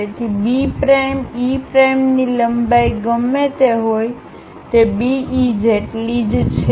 તેથી B prime E પ્રાઈમની લંબાઈ ગમે તે હોય તે BE જેટલી જ છે